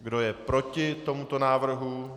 Kdo je proti tomuto návrhu?